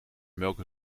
melk